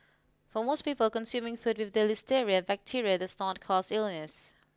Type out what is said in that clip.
for most people consuming food with the listeria bacteria does not cause illness